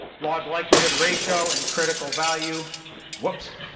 log likelihood ratio and critical value whoops,